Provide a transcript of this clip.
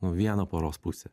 nu vieną poros pusę